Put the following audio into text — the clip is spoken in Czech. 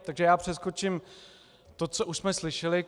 Takže já přeskočím to, co už jsme slyšeli.